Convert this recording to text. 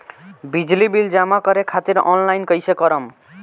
बिजली बिल जमा करे खातिर आनलाइन कइसे करम?